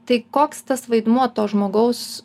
tai koks tas vaidmuo to žmogaus